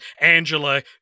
Angela